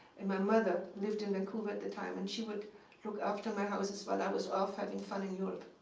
and my mother lived in vancouver at the time, and she would look after my houses while i was off having fun in europe.